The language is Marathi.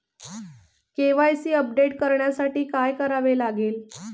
के.वाय.सी अपडेट करण्यासाठी काय करावे लागेल?